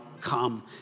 come